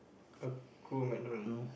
a crew McDonald